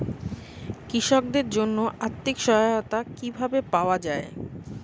কৃষকদের জন্য আর্থিক সহায়তা কিভাবে পাওয়া য়ায়?